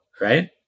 right